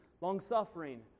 long-suffering